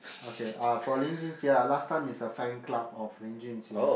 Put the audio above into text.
okay uh for 林俊杰:Lin-Jun-Jie ah last time is a fan club of 林俊杰:Lin-Jun-Jie